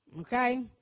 okay